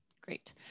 great